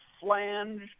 flange